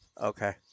Okay